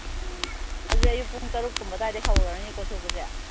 ꯎꯝ ꯍꯧꯖꯤꯛ ꯑꯌꯨꯛ ꯄꯨꯡ ꯇꯔꯨꯛ ꯀꯨꯝꯕ ꯑꯗꯨꯋꯥꯏꯗꯩ ꯍꯧꯔꯅꯤꯀꯣ ꯁꯨꯕꯁꯦ